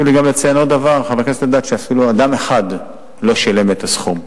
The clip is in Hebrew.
חשוב לי גם לציין עוד דבר: אפילו אדם אחד לא שילם את הסכום.